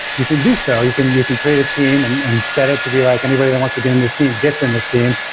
you can do so. you can you can create a team and and set it to be like anybody that wants to get in this team, gets in this team,